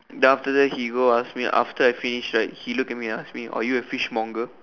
then after that he go ask me after I finish right he look at me and ask me are you a fishmonger